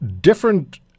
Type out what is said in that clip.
different